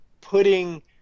putting